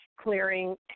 clearing